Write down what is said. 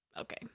okay